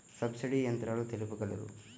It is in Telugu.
సబ్సిడీ యంత్రాలు తెలుపగలరు?